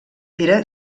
era